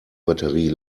batterie